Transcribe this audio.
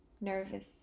nervous